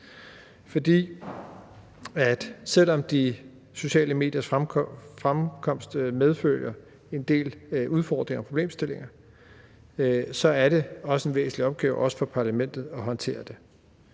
her. Selv om de sociale mediers fremkomst medfører en del udfordringer og problemstillinger, så er det også en væsentlig opgave, også for parlamentet, at håndtere det.